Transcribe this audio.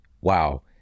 wow